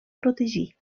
protegir